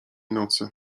nocy